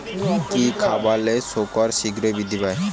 কি খাবালে শুকর শিঘ্রই বৃদ্ধি পায়?